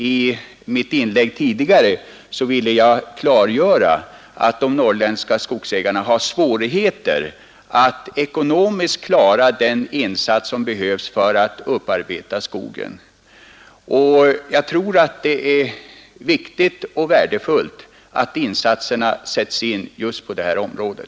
I mitt tidigare inlägg ville jag klargöra att de norrländska skogsägarna har svårigheter att ekonomiskt klara den insats som behövs för att upparbeta skogen. Jag tror att det är viktigt och värdefullt att insatserna görs just i detta område.